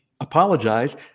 apologize